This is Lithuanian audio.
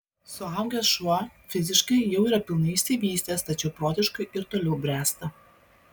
suaugęs šuo fiziškai jau yra pilnai išsivystęs tačiau protiškai ir toliau bręsta